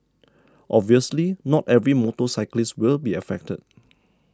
obviously not every motorcyclist will be affected